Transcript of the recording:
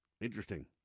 Interesting